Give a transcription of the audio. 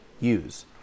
use